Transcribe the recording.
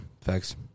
Facts